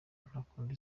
ntakunda